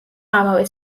ამავე